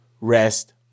rest